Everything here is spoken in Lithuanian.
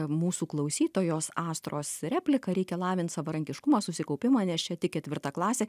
mūsų klausytojos astros repliką reikia lavint savarankiškumą susikaupimą nes čia tik ketvirta klasė